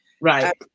Right